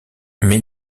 mais